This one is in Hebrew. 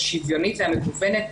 השוויונית והמגוונת,